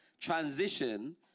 transition